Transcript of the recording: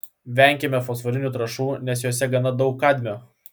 venkime fosforinių trąšų nes jose gana daug kadmio